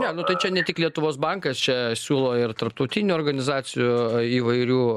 ne nu tai čia ne tik lietuvos bankas čia siūlo ir tarptautinių organizacijų įvairių